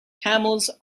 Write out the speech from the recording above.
camels